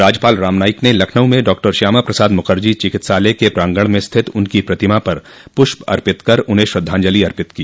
राज्यपाल रामनाईक ने लखनऊ में डॉक्टर श्यामा प्रसाद मुखर्जी चिकित्सालय के प्रांगण में स्थित उनकी प्रतिमा पर पुष्प अर्पित कर उन्हें अपनी श्रद्वांजलि दी